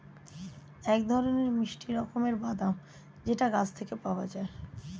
এক ধরনের মিষ্টি রকমের বাদাম যেটা গাছ থেকে পাওয়া যায়